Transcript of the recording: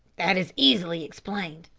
that is easily explained.